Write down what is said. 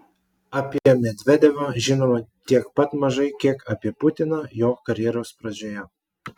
apie medvedevą žinoma tiek pat mažai kiek apie putiną jo karjeros pradžioje